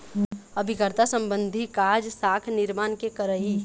अभिकर्ता संबंधी काज, साख निरमान के करई